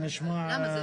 למה?